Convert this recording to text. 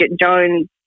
Jones